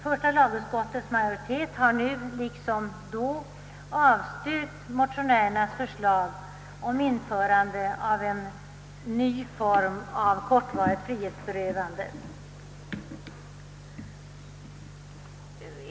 Första lagutskottets majoritet har nu liksom då avstyrkt motionärernas förslag om införande av en ny form av kortvarigt frihetsberövande.